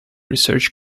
research